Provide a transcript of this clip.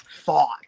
thought